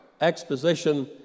exposition